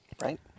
right